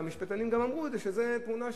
וגם המשפטנים אמרו שזו תמונה,